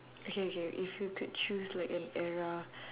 okay okay if you could choose like an era